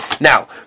Now